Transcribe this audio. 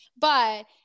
But-